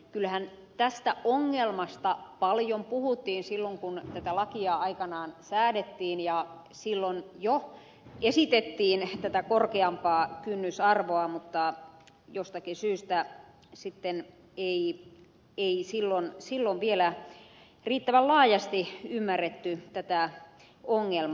kyllähän tästä ongelmasta paljon puhuttiin silloin kun tätä lakia aikanaan säädettiin ja silloin jo esitettiin tätä korkeampaa kynnysarvoa mutta jostakin syystä sitten ei silloin vielä riittävän laajasti ymmärretty tätä ongelmaa